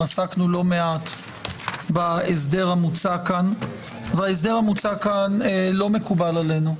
עסקנו לא מעט בהסדר המוצע כאן וההסדר המוצע כאן לא מקובל עלינו.